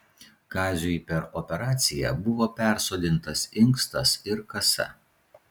kaziui per operaciją buvo persodintas inkstas ir kasa